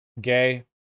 Gay